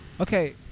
Okay